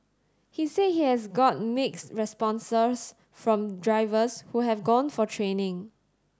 he said he has got mixed responses from drivers who have gone for training